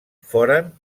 foren